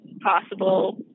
possible